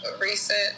recent